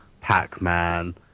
Pac-Man